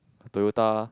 Toyota